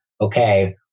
okay